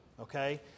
okay